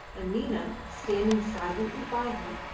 and nina, standing silently by her,